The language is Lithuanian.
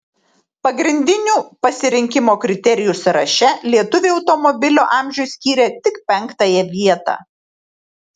pagrindinių pasirinkimo kriterijų sąraše lietuviai automobilio amžiui skyrė tik penktąją vietą